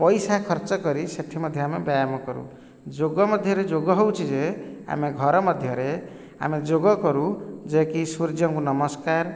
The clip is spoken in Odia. ପଇସା ଖର୍ଚ୍ଚ କରି ସେଠି ମଧ୍ୟ ଆମେ ବ୍ୟାୟାମ କରୁ ଯୋଗ ମଧ୍ୟରେ ଯୋଗ ହେଉଛି ଯେ ଆମେ ଘର ମଧ୍ୟରେ ଆମେ ଯୋଗ କରୁ ଯେ କି ସୂର୍ଯ୍ୟଙ୍କୁ ନମସ୍କାର